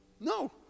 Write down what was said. no